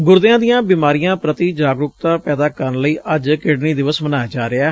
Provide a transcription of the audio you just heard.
ਗੁਰਦਿਆਂ ਦੀਆਂ ਬਿਮਾਰੀਆਂ ਪੂਤੀ ਜਾਗਰੁਕ ਪੈਦਾ ਕਰਨ ਲਈ ਅੱਜ ਕਿਡਨੀ ਦਿਵਸ ਮਨਾਇਆ ਜਾ ਰਿਹੈ